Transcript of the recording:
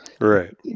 right